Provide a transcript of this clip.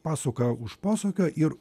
pasuka už posūkio ir